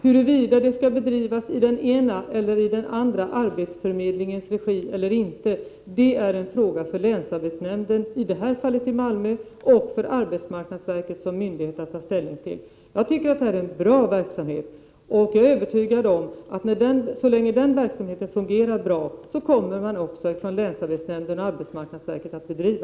Huruvida verksamheten skall bedrivas i den ena eller den andra arbetsförmedlingens regi är en fråga för länsarbetsnämnden — i detta fall för länsarbetsnämnden i Malmö — och för arbetsmarknadsverket som myndighet att ta ställning till. Jag tycker att det är en bra verksamhet och är övertygad om att länsarbetsnämnden och arbetsmarknadsverket kommer att bedriva den så länge den fungerar bra.